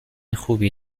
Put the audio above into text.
خوبی